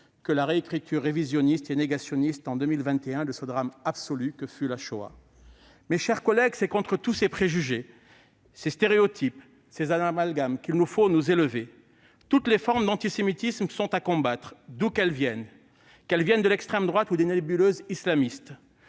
que la réécriture révisionniste et négationniste en 2021 de ce drame absolu que fut la Shoah. C'est contre ces préjugés, ces stéréotypes, ces amalgames qu'il nous faut nous élever. Toutes les formes d'antisémitisme sont à combattre, qu'elles viennent de l'extrême droite ou des nébuleuses islamistes.